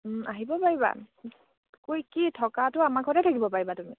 আহিব পাৰিবা কৈ কি থকাটো আমাৰ ঘৰতে থাকিব পাৰিবা তুমি